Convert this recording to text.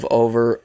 over